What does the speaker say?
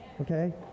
Okay